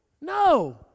No